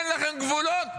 אין לכם גבולות.